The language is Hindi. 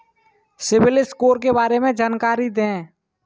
सिबिल स्कोर के बारे में जानकारी दें?